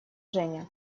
женя